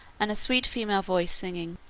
and a sweet female voice singing.